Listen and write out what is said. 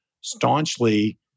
staunchly